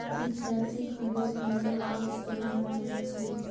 पिछैती खरीफ मे उपज केहन होइत अछि?